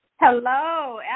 Hello